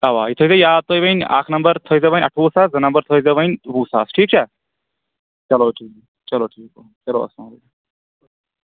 اَوَا یہِ تھٲے زیِو یاد تُہۍ وۅنۍ اکھ نمبر تھٲے زیٚو وۄنۍ اَٹھوُہ ساس زٕ نمبر تھٲے زیٚو وۅنۍ وُہ ساس ٹھیٖک چھا چلو ٹھیٖک چلو ٹھیٖک چلو اسلام علیکُم